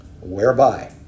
whereby